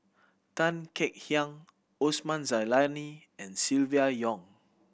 Tan Kek Hiang Osman Zailani and Silvia Yong